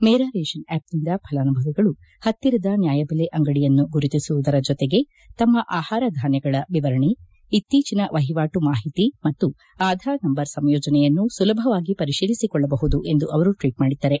ಮೇರಾ ration ಅಪ್ನಿಂದ ಫಲಾನುಭವಿಗಳು ಹತ್ತಿರದ ನ್ಯಾಯಬೆಲೆ ಅಂಗಡಿಯನ್ನು ಗುರುತಿಸುವುದರ ಜೊತೆಗೆ ತಮ್ಮ ಆಹಾರ ಧಾನ್ಯಗಳ ವಿವರಣೆ ಇತ್ತೀಚಿನ ವಹಿವಾಟು ಮಾಹಿತಿ ಮತ್ತು ಆಧಾರ್ ನಂಬರ್ ಸಂಯೋಜನೆಯನ್ನು ಸುಲಭವಾಗಿ ಪರಿಶೀಲಿಸಿಕೊಳ್ಳಬಹುದು ಎಂದು ಅವರು ಟ್ವೀಟ್ ಮಾಡಿದ್ದಾರೆ